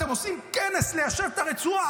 אתם עושים כנס ליישב את הרצועה,